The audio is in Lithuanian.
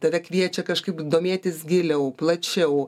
tave kviečia kažkaip domėtis giliau plačiau